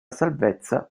salvezza